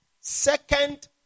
Second